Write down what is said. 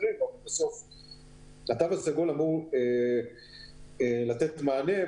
התו הסגול אמור לתת מענה.